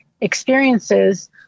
experiences